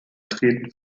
treten